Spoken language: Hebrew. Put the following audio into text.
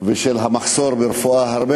ושל המחסור הרב ברפואה,